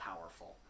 powerful